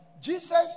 Jesus